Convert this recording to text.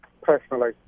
personally